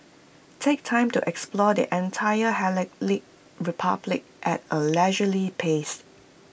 take time to explore the entire Hellenic republic at A leisurely pace